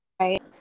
Right